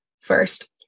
First